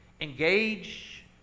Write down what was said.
engage